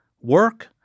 work